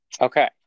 Okay